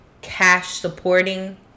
cash-supporting